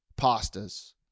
pastas